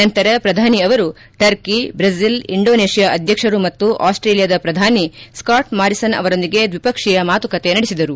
ನಂತರ ಪ್ರಧಾನಿ ಅವರು ಟರ್ಕಿ ಬ್ರೆಜಿಲ್ ಇಂಡೋನೇಷಿಯಾ ಅಧ್ಯಕ್ಷರು ಮತ್ತು ಆಸ್ಟೇಲಿಯಾದ ಪ್ರಧಾನಿ ಸ್ಕಾಟ್ ಮಾರಿಸನ್ ಅವರೊಂದಿಗೆ ದ್ವಿಪಕ್ಷೀಯ ಮಾತುಕತೆ ನಡೆಸಿದರು